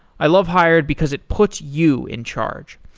i love hired because it puts you in charge.